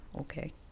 Okay